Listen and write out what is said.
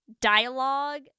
dialogue